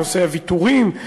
בנושא הוויתורים,